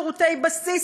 שירותי בסיס,